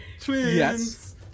Twins